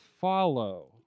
follow